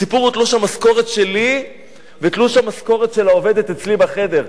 הסיפור הוא תלוש המשכורת שלי ותלוש המשכורת של העובדת אצלי בחדר.